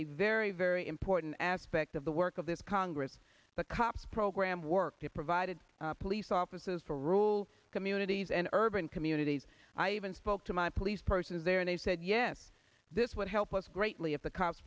a very very important aspect of the work of this congress but cops program worked it provided police offices for rural communities and urban communities i even spoke to my police persons there and they said yes this would help us greatly if the cops